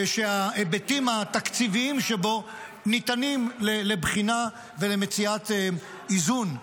שההיבטים התקציביים שבו ניתנים לבחינה ולמציאת איזון.